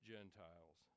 Gentiles